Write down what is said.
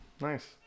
Nice